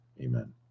Amen